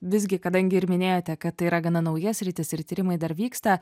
visgi kadangi ir minėjote kad tai yra gana nauja sritis ir tyrimai dar vyksta